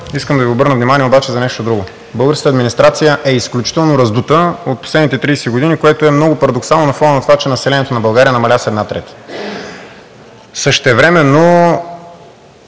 Искам да Ви обърна внимание обаче за нещо друго. Българската администрация е изключително раздута от последните 30 години, което е много парадоксално на фона на това, че населението на България намаля с една трета. Същевременно